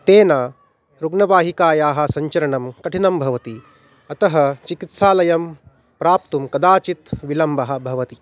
तेन रुग्णवाहिकायाः सञ्चरणं कठिनं भवति अतः चिकित्सालयं प्राप्तुं कदाचित् विलम्बः भवति